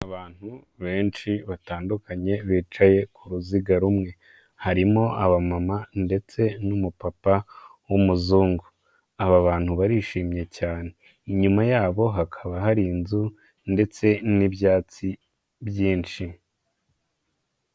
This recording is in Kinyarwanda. Abantu benshi batandukanye bicaye ku ruziga rumwe. Harimo abamama ndetse n'umupapa w'umuzungu. Aba bantu barishimye cyane. Inyuma ya bo hakaba hari inzu ndetse n'ibyatsi byinshi.